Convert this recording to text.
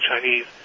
Chinese